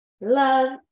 love